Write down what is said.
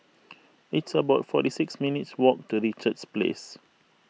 it's about forty six minutes' walk to Richards Place